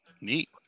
Neat